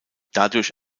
dadurch